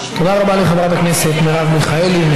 תודה רבה לחברת הכנסת מרב מיכאלי.